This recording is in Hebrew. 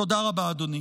תודה רבה, אדוני.